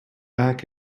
back